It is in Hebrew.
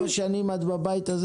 כמה שנים את גרה בבית הזה?